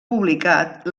publicat